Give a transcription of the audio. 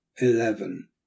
Eleven